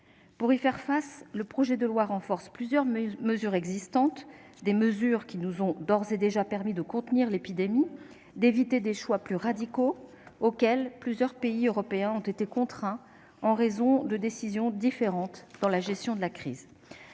Pour y faire face, le projet de loi renforce plusieurs mesures existantes qui nous ont d'ores et déjà permis de contenir l'épidémie et d'éviter les choix plus radicaux auxquels plusieurs pays européens ont été contraints en raison de décisions différentes dans la gestion de la crise.